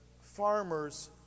farmer's